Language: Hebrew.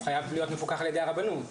הוא חייב להיות מפוקח על ידי הרבנות.